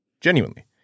Genuinely